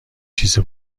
چیزی